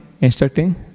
instructing